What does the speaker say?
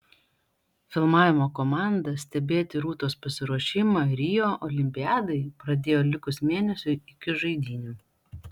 filmavimo komanda stebėti rūtos pasiruošimą rio olimpiadai pradėjo likus mėnesiui iki žaidynių